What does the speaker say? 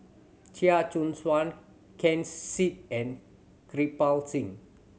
Chia Choo Suan Ken Seet and Kirpal Singh